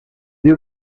diu